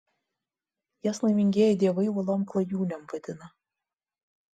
jas laimingieji dievai uolom klajūnėm vadina